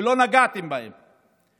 שלא נגעתם בהן,